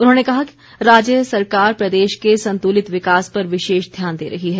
उन्होंने कहा राज्य सरकार प्रदेश के संतुलित विकास पर विशेष ध्यान दे रही है